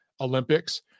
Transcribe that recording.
Olympics